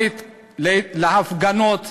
להפגנות